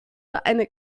eine